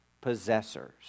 possessors